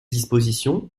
dispositions